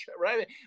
right